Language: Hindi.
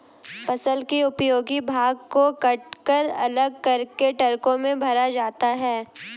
फसल के उपयोगी भाग को कटकर अलग करके ट्रकों में भरा जाता है